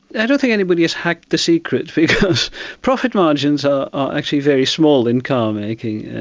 i don't think anybody has hacked the secret because profit margins are actually very small in car making.